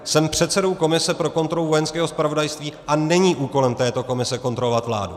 Jsem předsedou komise pro kontrolu Vojenského zpravodajství, a není úkolem této komise kontrolovat vládu.